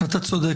אתה צודק.